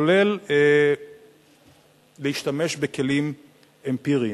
כולל להשתמש בכלים אמפיריים.